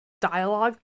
dialogue